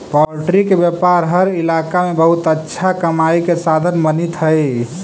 poultry के व्यापार हर इलाका में बहुत अच्छा कमाई के साधन बनित हइ